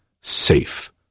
safe